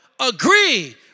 Agree